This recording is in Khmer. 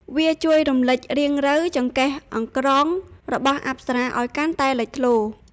វាជួយរំលេចរាងរៅ "ចង្កេះអង្ក្រង" របស់អប្សរាឱ្យកាន់តែលេចធ្លោ។